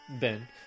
Ben